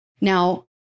Now